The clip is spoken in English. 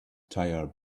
tire